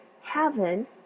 heaven